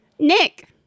Nick